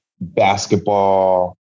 basketball